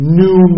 new